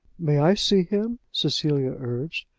may i see him? cecilia urged.